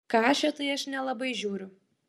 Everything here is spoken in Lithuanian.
kašio tai aš nelabai žiūriu